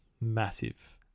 Massive